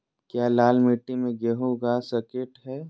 क्या लाल मिट्टी में गेंहु उगा स्केट है?